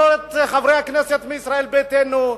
לא את חברי הכנסת מישראל ביתנו,